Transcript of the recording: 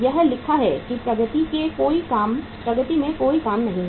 यहां लिखा है कि प्रगति में कोई काम नहीं है